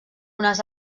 unes